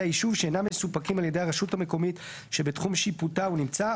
היישוב שאינם מסופקים על ידי הרשות המקומית שבתחום שיפוטה הוא נמצא,